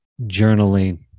journaling